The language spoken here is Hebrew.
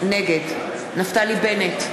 נגד נפתלי בנט,